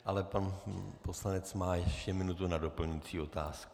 Ale pan poslanec má ještě minutu na doplňující otázku.